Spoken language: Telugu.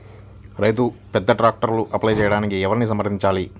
రైతు పెద్ద ట్రాక్టర్కు అప్లై చేయడానికి ఎవరిని సంప్రదించాలి?